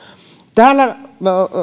täällä